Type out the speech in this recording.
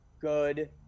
Good